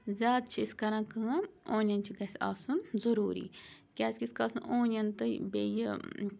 زیادٕ چھِ أسۍ کَران کٲم اونیٚن چھِ گژھِ آسُن ضروٗری کیازِ کہِ ییٖتِس کالَس نہٕ اونِیَن تہٕ بیٚیہِ یہِ